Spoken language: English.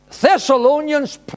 Thessalonians